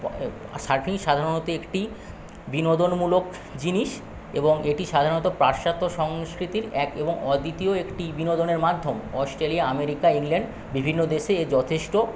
surfing সাধারণত একটি বিনোদনমূলক জিনিস এবং এটি সাধারণত পাশ্চাত্য সংস্কৃতির এক এবং অদ্বিতীয় একটি বিনোদনের মাধ্যম অস্ট্রেলিয়া আমেরিকা ইংল্যান্ড বিভিন্ন দেশেই এর যথেষ্ট